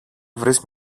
βρεις